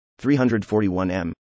341M